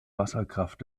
wasserkraft